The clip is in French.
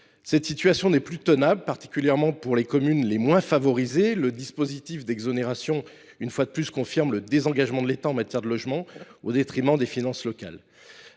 Cette situation n’est plus tenable, particulièrement pour les communes les moins favorisées. Le dispositif d’exonération confirme, une fois de plus, le désengagement de l’État en matière de logement, au détriment des finances locales.